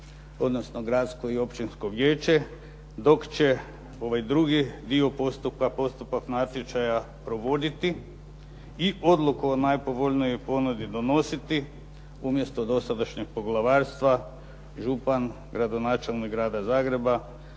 odnosno gradsko i općinsko vijeće, dok će ovaj drugi dio postupka, postupak natječaja provoditi i odluku o najpovoljnijoj ponudi donositi umjesto dosadašnjeg poglavarstva župan, gradonačelnik Grada Zagreba,